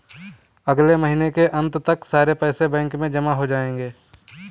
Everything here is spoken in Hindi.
अगले महीने के अंत तक सारे पैसे बैंक में जमा हो जायेंगे